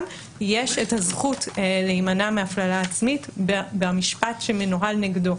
יש את הזכות להימנע מהפללה עצמית במשפט שמנוהל נגדו.